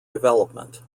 development